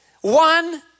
One